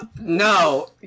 no